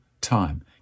time